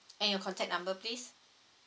and your contact number please